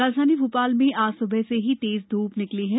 राजधानी भोपाल में आज सुबह से ही तेज धूप निकली है